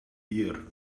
year